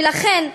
ולכן,